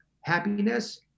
happiness